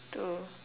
two